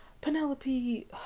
Penelope